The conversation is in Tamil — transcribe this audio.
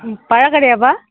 ம் பழக்கடையாப்பா